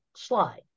slide